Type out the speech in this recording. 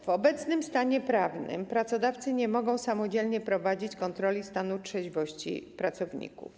W obecnym stanie prawnym pracodawcy nie mogą samodzielnie prowadzić kontroli stanu trzeźwości pracowników.